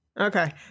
okay